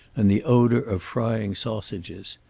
and the odor of frying sausages.